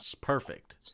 perfect